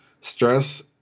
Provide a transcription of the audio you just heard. stress